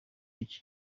iki